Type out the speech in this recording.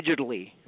Digitally